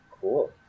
Cool